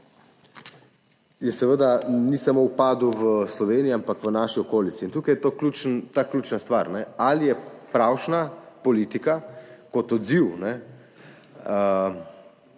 ni upadel samo v Sloveniji, ampak v naši okolici. In tukaj je ta ključna stvar: Ali je pravšnja politika kot odziv